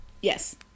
yes